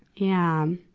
yeah.